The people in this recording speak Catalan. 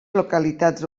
localitats